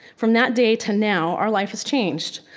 from that date to now, our life has changed.